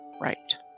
right